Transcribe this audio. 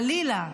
חלילה,